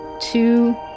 two